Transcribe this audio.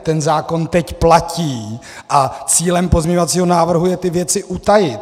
Ten zákon teď platí a cílem pozměňovacího návrhu je ty věci utajit.